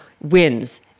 wins